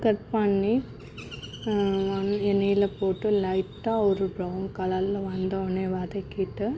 cut பண்ணி எண்ணெயில் போட்டு லைட்டாக ஒரு பிரவுன் கலரில் வந்தவுடனே வதக்கிட்டு